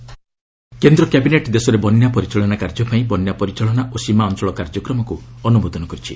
cabinet flood management କେନ୍ଦ୍ର cabinet ଦେଶରେ ବନ୍ୟା ପରିଚାଳନା କାର୍ଯ୍ୟ ପାଇଁ ବନ୍ୟା ପରିଚାଳନା ଓ ସୀମା ଅଞ୍ଚଳ କାର୍ଯ୍ୟକ୍ରମକୁ ଅନୁମୋଦନ କରିଛି